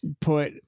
put